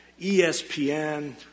ESPN